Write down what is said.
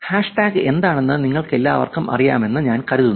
hashtag എന്താണെന്ന് നിങ്ങൾക്കെല്ലാവർക്കും അറിയാമെന്ന് ഞാൻ കരുതുന്നു